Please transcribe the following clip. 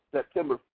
September